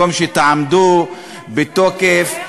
במקום שתעמדו בתוקף,